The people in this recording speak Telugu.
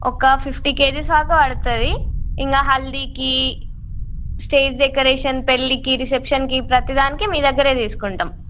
ఒక ఫిఫ్టీ కే జీస్దాకా పడుతుంది ఇంకా హల్దీకి స్టేజ్ డెకరేషన్ పెళ్ళికి రిసెప్షన్కి ప్రతిదానికి మీ దగ్గరే తీసుకుంటాం